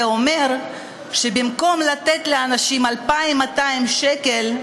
זה אומר שבמקום לתת לאנשים 2,200 שקל,